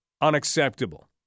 unacceptable